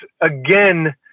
again